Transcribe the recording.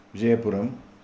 जयपुरम्